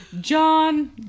John